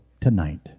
tonight